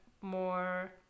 More